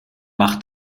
macht